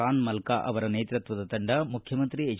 ರಾನ್ ಮಲ್ಮ ಅವರ ನೇತೃತ್ವದ ತಂಡ ಮುಖ್ಯಮಂತ್ರಿ ಹೆಚ್